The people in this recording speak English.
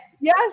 Yes